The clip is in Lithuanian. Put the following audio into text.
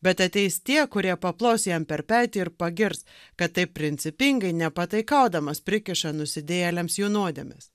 bet ateis tie kurie paplos jam per petį ir pagirs kad taip principingai nepataikaudamas prikiša nusidėjėliams jų nuodėmes